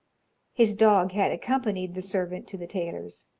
his dog had accompanied the servant to the tailor's.